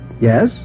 Yes